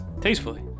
tastefully